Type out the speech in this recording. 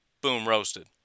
boom-roasted